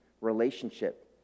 relationship